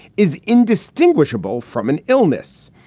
is indistinguishable from an illness.